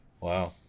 Wow